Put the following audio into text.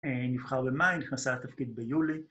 ‫נבחר במאי, נכנסה לתפקיד ביולי.